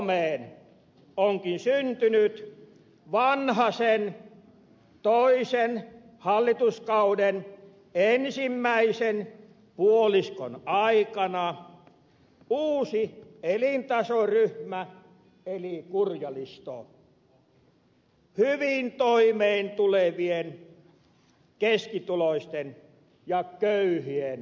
suomeen onkin syntynyt vanhasen toisen hallituskauden ensimmäisen puoliskon aikana uusi elintasoryhmä eli kurjalisto hyvin toimeentulevien keskituloisten ja köyhien alapuolelle